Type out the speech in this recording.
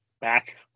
back